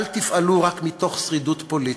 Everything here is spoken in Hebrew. אל תפעלו רק מתוך שרידות פוליטית,